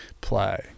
play